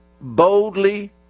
boldly